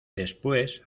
después